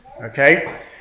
okay